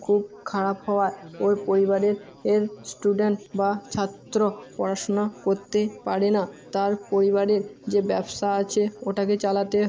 খুব খারাপ হওয়ায় ওই পরিবারের এর স্টুডেন্ট বা ছাত্র পড়াশুনা করতে পারে না তার পরিবারের যে ব্যবসা আছে ওটাকে চালাতে হয়